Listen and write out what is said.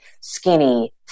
skinny